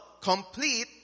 complete